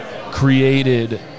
created